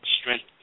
strength